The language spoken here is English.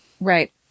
Right